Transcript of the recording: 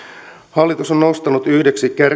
hallitus on nostanut yhdeksi